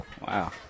Wow